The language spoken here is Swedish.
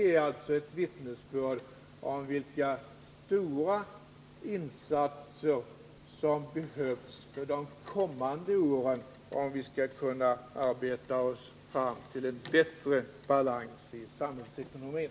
Det är alltså ett vittnesbörd om vilka stora insatser som behövs under de kommande åren för att vi skall kunna arbeta oss fram till en bättre balans i samhällsekonomin.